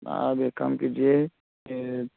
آپ ایک کام کیجیے کہ